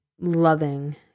loving